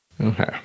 Okay